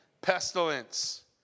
Pestilence